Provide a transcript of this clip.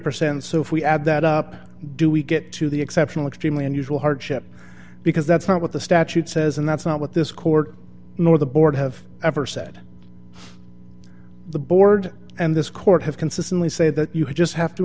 percent so if we add that up do we get to the exceptional extremely unusual hardship because that's not what the statute says and that's not what this court nor the board have ever said the board and this court have consistently said that you would just have to